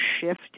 shift